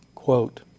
quote